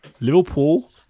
Liverpool